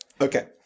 Okay